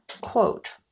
quote